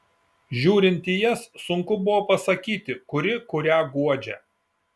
žiūrint į jas sunku buvo pasakyti kuri kurią guodžia